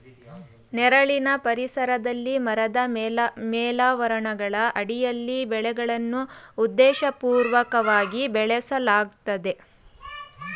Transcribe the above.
ನೆರಳಿನ ಪರಿಸರದಲ್ಲಿ ಮರದ ಮೇಲಾವರಣಗಳ ಅಡಿಯಲ್ಲಿ ಬೆಳೆಗಳನ್ನು ಉದ್ದೇಶಪೂರ್ವಕವಾಗಿ ಬೆಳೆಸಲಾಗ್ತದೆ